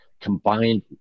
combined